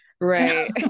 Right